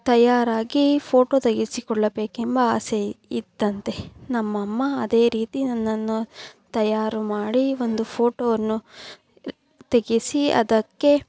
ತಯಾರಾಗಿ ಫ಼ೋಟೋ ತೆಗೆಸಿಕೊಳ್ಳಬೇಕೆಂಬ ಆಸೆ ಇತ್ತಂತೆ ನಮ್ಮಮ್ಮ ಅದೇ ರೀತಿ ನನ್ನನ್ನು ತಯಾರು ಮಾಡಿ ಒಂದು ಫೋಟೋವನ್ನು ತೆಗೆಸಿ ಅದಕ್ಕೆ